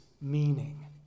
meaning